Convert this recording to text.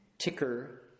ticker